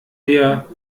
wir